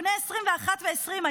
בני ה-21 ו-20,